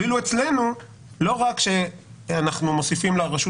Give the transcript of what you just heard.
ואילו אצלנו לא רק שאנחנו מוסיפים לרשות